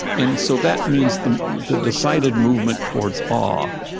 and so that means the the decided movement towards awe,